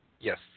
Yes